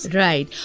right